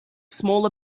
small